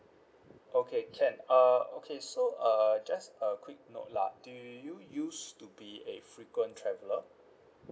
okay can uh okay so uh just a quick note lah do you use to be a frequent traveller